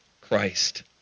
Christ